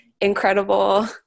incredible